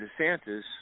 DeSantis